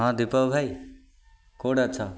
ହଁ ଦୀପକ ଭାଇ କୋଉଠି ଅଛ